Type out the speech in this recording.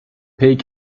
pig